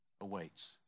awaits